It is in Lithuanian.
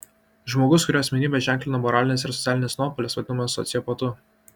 žmogus kurio asmenybę ženklina moralinis ir socialinis nuopolis vadinamas sociopatu